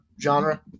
genre